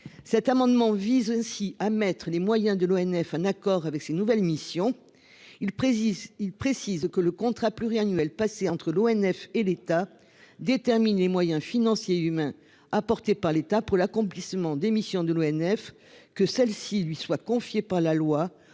cet amendement vise aussi à mettre les moyens de l'ONF, un accord avec ses nouvelles missions. Il précise, il précise que le contrat pluriannuel passé entre l'ONF et l'État détermine les moyens financiers et humains. Par l'État pour l'accomplissement des missions de l'ONF que celle-ci lui soit confiée par la loi